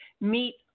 meet